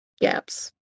gaps